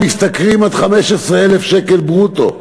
אלה המשתכרים עד 15,000 שקל ברוטו.